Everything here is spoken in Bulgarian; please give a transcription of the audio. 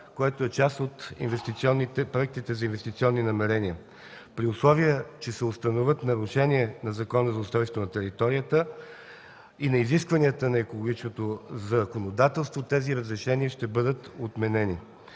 което е част от проектите за инвестиционни намерения. При условие че се установят нарушения на Закона за устройство на територията и на изискванията на екологичното законодателство, тези разрешения ще бъдат отменени.